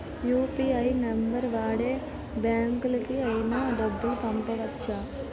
UPI number వాడి యే బ్యాంకుకి అయినా డబ్బులు పంపవచ్చ్చా?